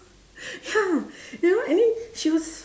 ya you know and then she was